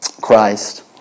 Christ